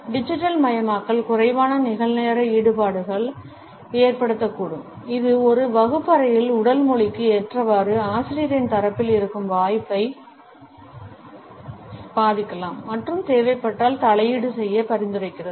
டிஜிட்டல்மயமாக்கல் குறைவான நிகழ்நேர ஈடுபாடுகளை ஏற்படுத்தக்கூடும் இது ஒரு வகுப்பறையில் உடல் மொழிக்கு ஏற்றவாறு ஆசிரியரின் தரப்பில் இருக்கும் வாய்ப்பை பாதிக்கலாம் மற்றும் தேவைப்பட்டால் தலையீடு செய்ய பரிந்துரைக்கிறது